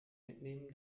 mitnehmen